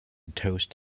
toast